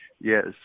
Yes